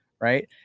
right